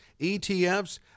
ETFs